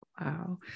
Wow